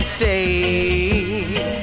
day